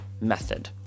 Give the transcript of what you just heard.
method